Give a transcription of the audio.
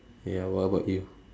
ya what about you